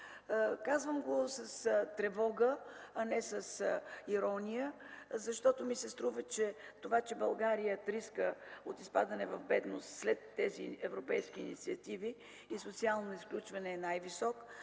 Казвам го с тревога, а не с ирония, защото в България рискът от изпадане в бедност след тези европейски инициативи и социално изключване е най-висок.